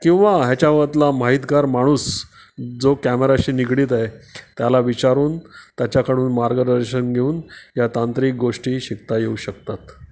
किंवा ह्याच्यामधला माहितगार माणूस जो कॅमेराशी निगडीत आहे त्याला विचारून त्याच्याकडून मार्गदर्शन घेऊन या तांत्रिक गोष्टी शिकता येऊ शकतात